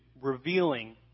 revealing